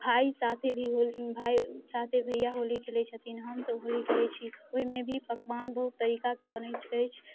भाइ साथे भी होली भाइ साथे भइआ होली खेलै छथिन हमसब होली खेलै छी ओहिमे भी पकवान बहुत तरीकाके बनैत अछि